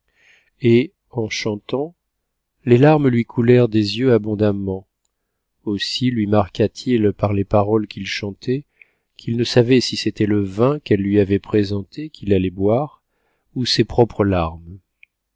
et en chantant les larmes lui coulèrent des yeux abondamment aussi lui marqua t il par les paroles qu'it chantait qu'il ne savait si c'était le vin qu'eue lui avait présenté contes akabes on'if allait boire ou ses propres larmes